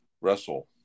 wrestle